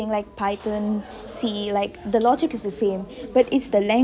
and like python see the logic is the same but is the language